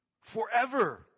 forever